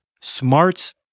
smarts